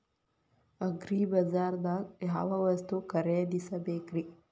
ಅಗ್ರಿಬಜಾರ್ದಾಗ್ ಯಾವ ವಸ್ತು ಖರೇದಿಸಬೇಕ್ರಿ?